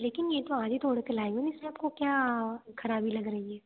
लेकिन ये तो आज ही तोड़ के लाई हूँ इसमें आपको क्या खराबी लग रही है